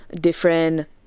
different